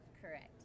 Correct